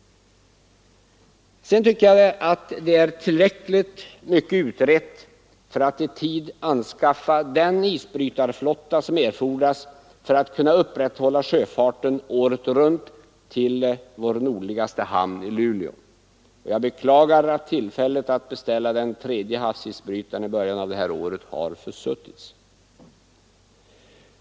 Sedan tycker jag att det är tillräckligt mycket utrett för att vi i tid skall kunna anskaffa den isbrytarflotta som erfordras för att upprätthålla sjöfarten året runt till vår nordligaste hamn, i Luleå. Jag beklagar att tillfället att beställa den tredje havsisbrytaren i början av det här året har försuttits.